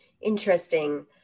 Interesting